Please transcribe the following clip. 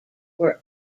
were